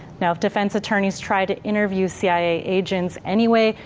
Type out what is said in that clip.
now, if defense attorney's tried to interview cia agents anyway,